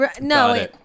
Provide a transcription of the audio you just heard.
No